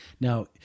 now